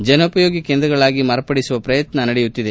ಜನೋಪಯೋಗಿ ಕೇಂದ್ರಗಳಾಗಿ ಮಾರ್ಪಡಿಸುವ ಪ್ರಯತ್ನ ನಡೆಯುತ್ತಿದೆ